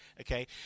okay